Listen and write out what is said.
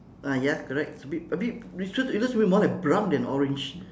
ah ya correct it's a bit a bit it looks a bit more like brown than orange